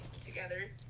together